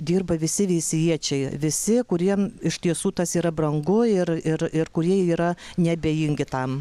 dirba visi veisiejiečiai visi kuriem iš tiesų tas yra brangu ir ir ir kurie yra neabejingi tam